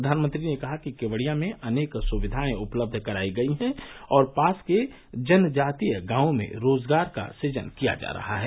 प्रधानमंत्री ने कहा कि केवड़िया में अनेक सुविधाएं उपलब्ध कराई गई हैं और पास के जनजातीय गांवों में रोजगार का सुजन किया जा रहा है